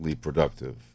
productive